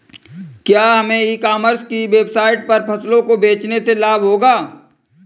क्या हमें e commerce की वेबसाइट पर फसलों को बेचने से लाभ होगा?